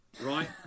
right